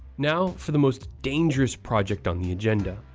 now for the most dangerous project on the agenda.